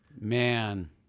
Man